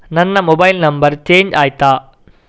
ನನ್ನ mobile number change ಆಯ್ತಾ?